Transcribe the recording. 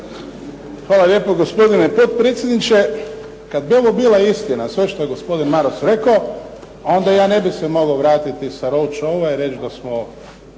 Hvala lijepo gospodine potpredsjedniče. Kada bi ovo bila istina sve što je gospodin Maras rekao, onda se ja ne bih mogao vratiti sa ... i reći da smo